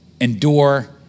endure